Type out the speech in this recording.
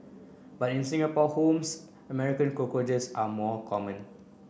but in Singapore homes American cockroaches are more common